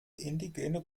indigene